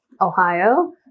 Ohio